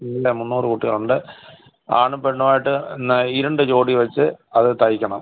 ഇല്ല മുന്നൂറ് കുട്ടികളുണ്ട് ആണും പെണ്ണായിട്ട് എന്നാൽ ഈ രണ്ട് ജോഡി വെച്ച് അത് തെയ്ക്കണം